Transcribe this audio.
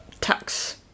tax